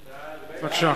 בבקשה.